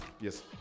Yes